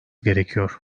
gerekiyor